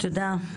תודה.